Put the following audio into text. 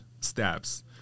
steps